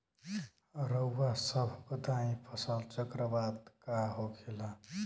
रउआ सभ बताई फसल चक्रवात का होखेला?